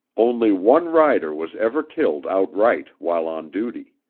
only one rider was ever killed outright while on duty.